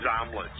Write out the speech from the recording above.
omelets